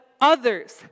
others